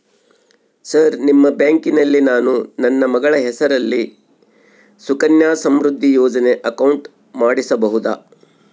Sir ನಿಮ್ಮ ಬ್ಯಾಂಕಿನಲ್ಲಿ ನಾನು ನನ್ನ ಮಗಳ ಹೆಸರಲ್ಲಿ ಸುಕನ್ಯಾ ಸಮೃದ್ಧಿ ಯೋಜನೆ ಅಕೌಂಟ್ ಮಾಡಿಸಬಹುದಾ?